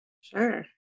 Sure